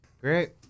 Great